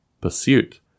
pursuit